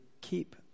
keep